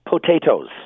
potatoes